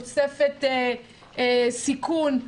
תוספת סיכון,